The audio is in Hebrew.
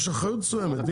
יש אחריות מסוימת,